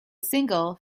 single